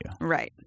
Right